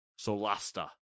Solasta